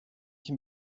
can